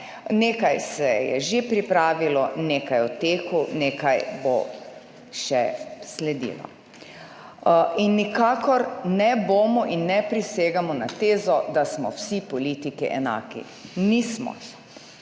Nekaj se je že pripravilo, nekaj je v teku, nekaj bo še sledilo in nikakor ne bomo in ne prisegamo na tezo, da smo vsi politiki enaki. Nismo.